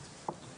כן.